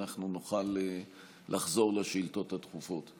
אנחנו נוכל לחזור לשאילתות הדחופות.